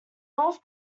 north